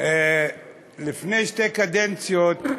לפני שתי קדנציות,